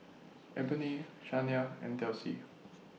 Eboni Shania and Delcie